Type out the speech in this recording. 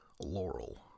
laurel